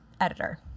editor